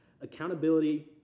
accountability